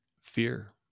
fear